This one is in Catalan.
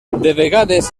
vegades